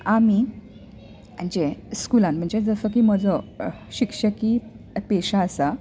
आमी जे स्कुलान जसो की म्हजो शिक्षकीय पेशा आसा